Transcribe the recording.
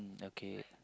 okay